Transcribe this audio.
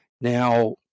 Now